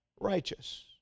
righteous